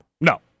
No